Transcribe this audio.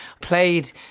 played